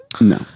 No